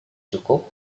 cukup